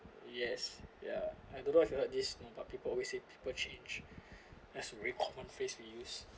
yes yeah I don't know if you heard this know but people always say people change that's really corn face we use